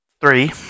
Three